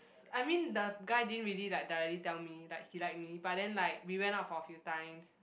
I mean the guy didn't really like directly tell me that he like me but then like we went out for a few times